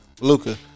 Luca